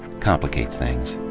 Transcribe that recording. complicates things.